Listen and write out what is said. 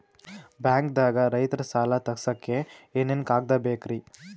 ಬ್ಯಾಂಕ್ದಾಗ ರೈತರ ಸಾಲ ತಗ್ಸಕ್ಕೆ ಏನೇನ್ ಕಾಗ್ದ ಬೇಕ್ರಿ?